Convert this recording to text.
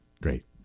Great